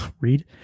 read